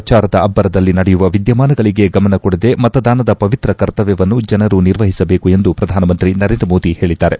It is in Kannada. ಪ್ರಚಾರದ ಅಬ್ಲರದಲ್ಲಿ ನಡೆಯುವ ವಿದ್ಯಮಾನಗಳಿಗೆ ಗಮನ ಕೊಡದೆ ಮತದಾನದ ಪವಿತ್ರ ಕರ್ತವ್ಯವನ್ನು ಜನರು ನಿರ್ವಹಿಸಬೇಕು ಎಂದು ಪ್ರಧಾನಮಂತ್ರಿ ನರೇಂದ್ರ ಮೋದಿ ಹೇಳಿದ್ದಾರೆ